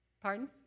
Pardon